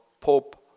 Pope